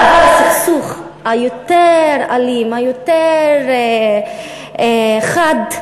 אבל הסכסוך היותר-אלים, היותר-חד,